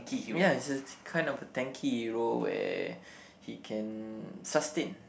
ya is a kind of a tanky hero where he can sustain